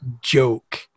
joke